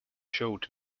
showed